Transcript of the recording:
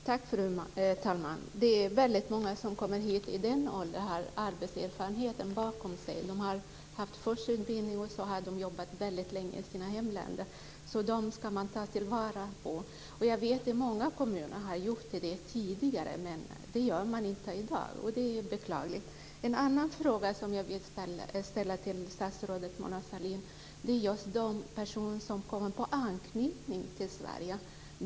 Fru talman! Det är väldigt många som kommer hit i den åldern och har arbetserfarenheten bakom sig. De har fått sin utbildning och har sedan jobbat väldigt länge i sina hemländer. Det ska man ta till vara. Jag vet att många kommuner har gjort det tidigare, men det gör man inte i dag, och det är beklagligt. En annan fråga som jag vill ställa till statsrådet Mona Sahlin gäller de personer som kommer på anknytning till Sverige.